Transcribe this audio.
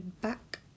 back